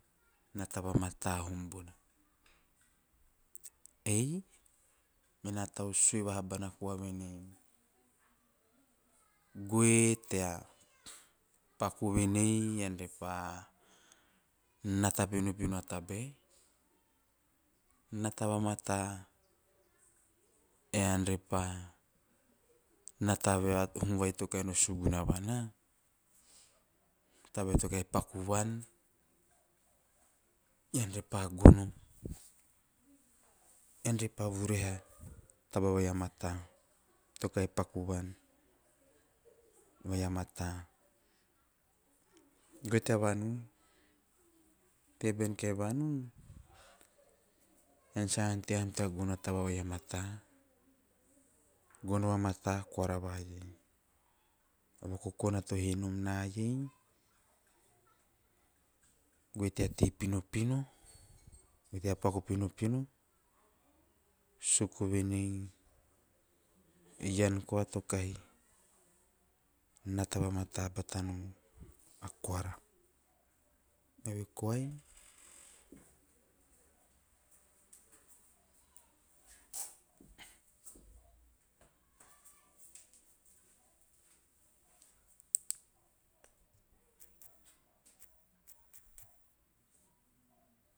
Ei mena tau sue vaha bana koa venei soe tea paku venei ean re pa nata pinopino a tabe, nata vamata ean re pa nata ve a tabae to kahi no suguna van a tabae to kahi no paku van ean re pa kona- ean re pa vuriha a taba vai a mata to kahi paku van vai a mata. Goe ta vanun te bean kahi vanun ean sa ante hanom tea gono a taba vai a mata gono vamata koara va iei, o vakokona to he nom na iei. Goe tea tei pinopino, goe tea paku pinopino suku venei ean koa to kahi nata vamata batanom a kuara. Eve koai.